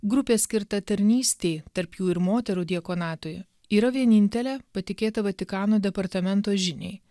grupė skirta tarnystei tarp jų ir moterų diakonatui yra vienintelė patikėta vatikano departamento žiniai